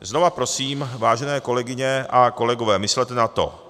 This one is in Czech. Znova prosím, vážené kolegyně a kolegové, myslete na to.